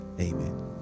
Amen